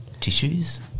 tissues